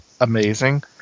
amazing